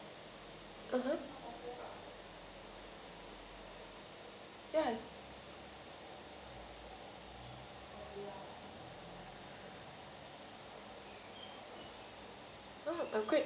(uh huh) ya